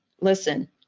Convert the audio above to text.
listen